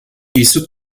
isso